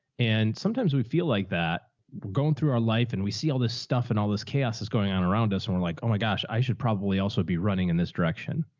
and sometimes we feel like that going through our life and we see all this stuff and all this chaos is going on around us and we're like, oh my gosh, i should probably also be running in this direction.